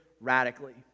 radically